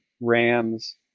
rams